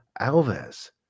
Alves